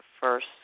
first